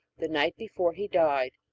the night before he died.